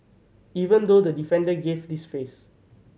even though the defender gave this face